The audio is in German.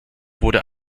wurde